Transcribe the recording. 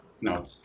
No